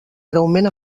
greument